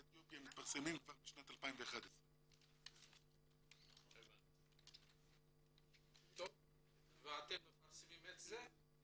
אתיופיה מתפרסמים כבר משנת 2011. ואתם מפרסמים את זה,